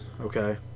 Okay